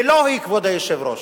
ולא היא, כבוד היושב-ראש.